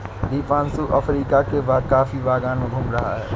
Deepanshu Africa के coffee बागान में घूम रहा है